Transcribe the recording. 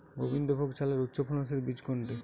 গোবিন্দভোগ চালের উচ্চফলনশীল বীজ কোনটি?